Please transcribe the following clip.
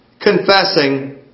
confessing